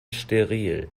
steril